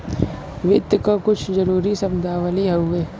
वित्त क कुछ जरूरी शब्दावली हउवे